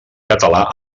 català